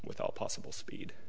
with all possible speed